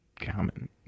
common